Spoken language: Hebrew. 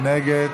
מי נגד?